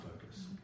focus